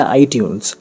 iTunes